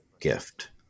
gift